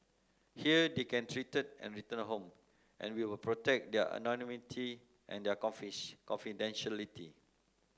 here they can treated and return home and we will protect their anonymity and their confidentiality